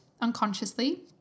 unconsciously